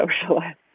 socialist